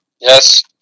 Yes